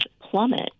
plummet